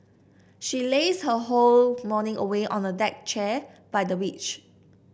she lazed her whole morning away on a deck chair by the beach